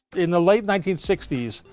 in the late nineteen sixty s,